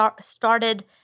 started